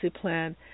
plan